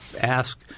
ask